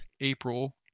April